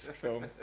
film